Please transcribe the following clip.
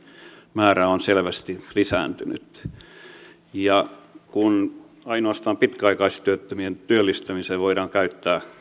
määrä on selvästi lisääntynyt kun ainoastaan pitkäaikaistyöttömien työllistämiseen voidaan käyttää